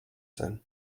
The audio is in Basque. zen